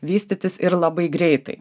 vystytis ir labai greitai